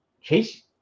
Chase